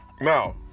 Now